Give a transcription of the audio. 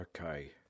Okay